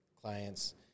clients